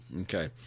Okay